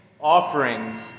offerings